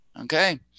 okay